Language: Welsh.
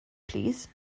plîs